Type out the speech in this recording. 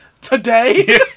today